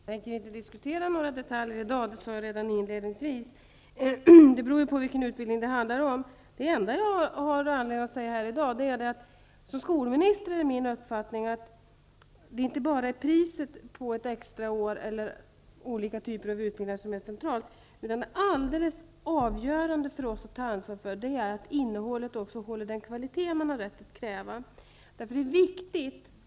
Fru talman! Jag tänker inte diskutera några detaljer i dag -- det sade jag redan inledningsvis. Det beror ju på vilken utbildning det handlar om. Det enda jag har anledning att säga här i dag är att det är min uppfattning som skolminister att det inte bara är priset på ett extra år eller på olika typer av utbildningar som är centralt -- det avgörande för oss att ta ansvar för är att innehållet håller den kvalitet man har rätt att kräva.